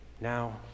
now